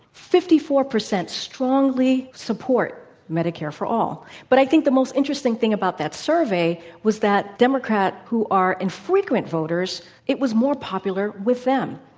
fifty-four percent strongly support medicare for all. but i think the most interesting thing about that survey was that democrat who are infrequent voters, it was more popular with them.